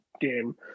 game